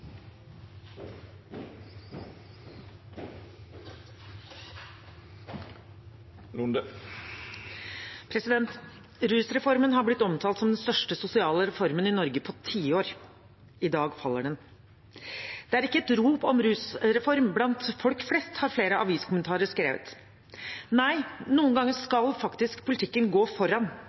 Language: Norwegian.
Rusreformen har blitt omtalt som den største sosiale reformen i Norge på tiår. I dag faller den. Det er ikke et rop om rusreform blant folk flest, har flere aviskommentatorer skrevet. Nei, noen ganger skal faktisk politikken gå foran.